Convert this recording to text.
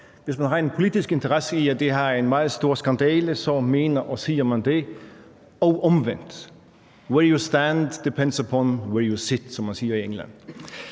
Hvis man har en politisk interesse i, at det her er en meget stor skandale, så mener og siger man det, og omvendt. Where you stand depends on where you sit, som man siger i England.